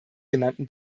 genannten